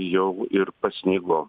jau ir pasnigo